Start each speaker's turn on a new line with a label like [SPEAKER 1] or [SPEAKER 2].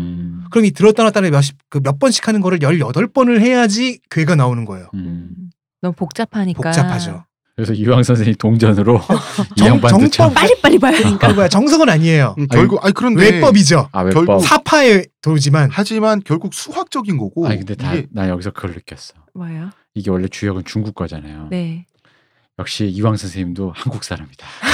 [SPEAKER 1] 그럼 이 들었다 놨다를 몇- 그 몇 번씩 하는 거를 18 번을 해야지 괴가 나오는 거예요.
[SPEAKER 2] 음.
[SPEAKER 3] 너무 복잡하니까.
[SPEAKER 1] 복잡하죠.
[SPEAKER 2] 그래서 이황 선생님 동전으로 이
[SPEAKER 1] 정-
[SPEAKER 2] 양반도 참-
[SPEAKER 1] 정-
[SPEAKER 3] 빨리빨리 봐야 되니까.
[SPEAKER 1] 그거야. 정석은 아니에요.
[SPEAKER 2] 아니,
[SPEAKER 4] 결국- 아니, 그런데
[SPEAKER 1] 외법이죠.
[SPEAKER 2] 아, 외법.
[SPEAKER 4] 결국
[SPEAKER 1] 사파의 도지만.
[SPEAKER 4] 하지만 결국 수학적인 거고
[SPEAKER 2] 아니, 근데 다-
[SPEAKER 4] 이게-
[SPEAKER 2] 나 여기서 그걸 느꼈어.
[SPEAKER 3] 뭐예요?
[SPEAKER 2] 이게 원래 주역은 중국 거잖아요.
[SPEAKER 3] 네.
[SPEAKER 2] 역시 이황 선생님도 한국 사람이다.